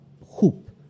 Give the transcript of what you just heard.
hoop